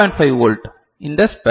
5 volt இந்த span